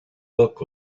look